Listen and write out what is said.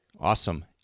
Awesome